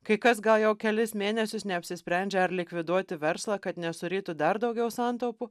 kai kas gal jau kelis mėnesius neapsisprendžia ar likviduoti verslą kad nesurytų dar daugiau santaupų